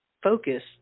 Focus